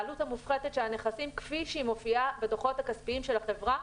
העלות המופחתת של הנכסים כפי שהיא מופיעה בדוחות הכספיים של החברה,